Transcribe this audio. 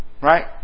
Right